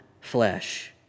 flesh